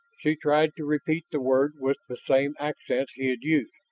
she tried to repeat the word with the same accent he had used.